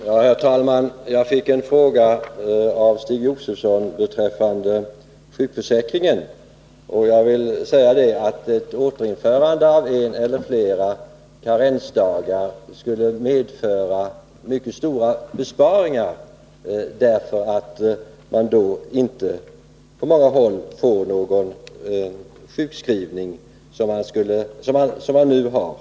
Herr talman! Jag fick en fråga av Stig Josefson beträffande sjukförsäkringen. Jag vill säga att ett återinförande av en eller flera karensdagar skulle medföra mycket stora besparingar, därför att man på många håll då inte får den omfattning av sjukskrivning som man nu har.